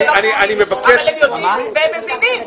שלא יודעים ולא מבינים אבל הם יודעים והם מבינים,